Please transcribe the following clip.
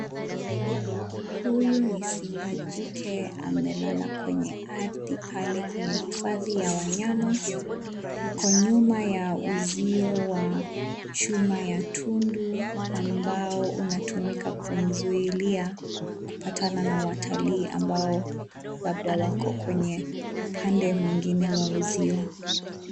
Huyu ni simba jike amelala kwenye ardhi pale kwenye hifadhi ya wanyama. Ako nyuma ya uzio wa chuma ya tundu ambao unatumika kumzuilia kupatana na watalii, ambao labda wako kwenye upande mwingine wa uzio.